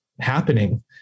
happening